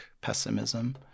pessimism